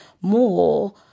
more